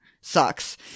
sucks